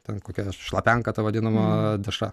ten kokia šlapianka ta vadinama dešra